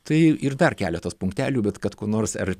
tai ir dar keletas punktelių bet kad ko nors ar